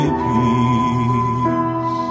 peace